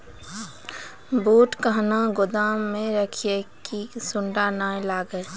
बूट कहना गोदाम मे रखिए की सुंडा नए लागे?